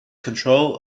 control